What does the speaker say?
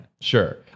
Sure